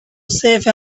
safe